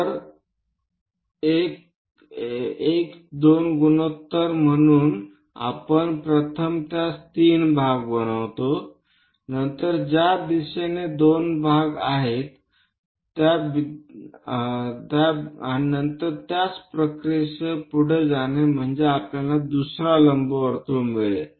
तर 1 2 गुणोत्तर म्हणजे आपण प्रथम त्यास 3 भाग बनवावे नंतर त्या दिशेने 2 भाग शोधा आणि नंतर त्याच प्रक्रियेसह पुढे जाणे म्हणजे आपल्याला दुसरा लंबवर्तुळ मिळेल